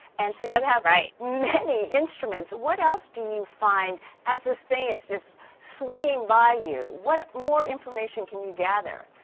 and so you have that's right! many instruments, what else do you find as this thing is just swinging by you, what more information can you gather?